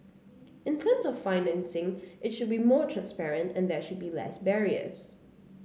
in terms of the financing it should be more transparent and there should be less barriers